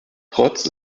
trotz